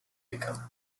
become